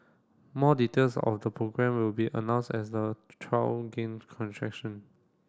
more details of the programme will be announced as the trial gain contraction